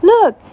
Look